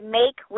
make